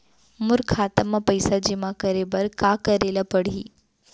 मोर खाता म पइसा जेमा करे बर का करे ल पड़ही?